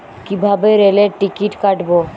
কিভাবে রেলের টিকিট কাটব?